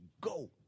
go